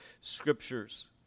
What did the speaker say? scriptures